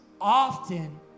often